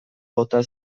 bota